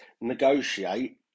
negotiate